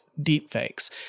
deepfakes